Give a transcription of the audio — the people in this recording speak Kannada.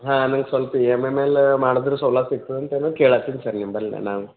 ಹಾಂ ನಂಗೆ ಸ್ವಲ್ಪ ಇ ಎಮ್ ಐ ಮೇಲ ಮಾಡ್ದ್ರೆ ಸೌಲತ್ತು ಸಿಗ್ತದಂತೇನೋ ಕೇಳ್ಲತ್ತಿನಿ ಸರ್ ನಿಮ್ಮಲ್ಲೇ ನಾನು